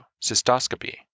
cystoscopy